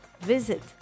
Visit